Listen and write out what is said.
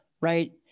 right